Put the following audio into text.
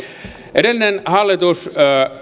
edellinen hallitus